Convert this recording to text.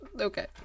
okay